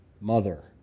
Mother